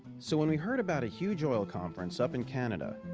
so when we heard about a huge oil conference up in canada,